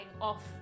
off